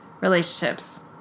relationships